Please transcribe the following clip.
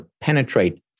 penetrate